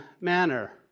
manner